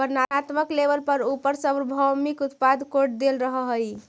वर्णात्मक लेबल पर उपर सार्वभौमिक उत्पाद कोड देल रहअ हई